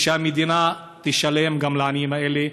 ושהמדינה תשלם גם לעניים האלה,